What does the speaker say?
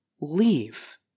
leave